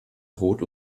rot